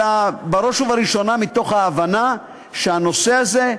אלא בראש ובראשונה מתוך ההבנה שהנושא הזה,